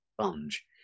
sponge